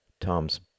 Tom's